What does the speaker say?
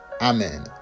Amen